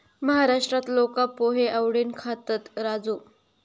महाराष्ट्रात लोका पोहे आवडीन खातत, राजू